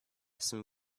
some